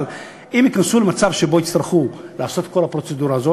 אבל אם ייכנסו למצב שבו יצטרכו לעשות את כל הפרוצדורה הזו,